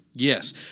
Yes